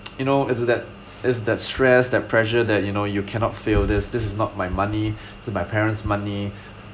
you know is that is that stress that pressure that you know you cannot fail this this is not my money is my parents money